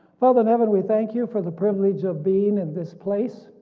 father in heaven we thank you for the privilege of being in this place